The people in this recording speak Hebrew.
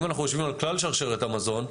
אם אנחנו יושבים על כלל שרשרת המזון,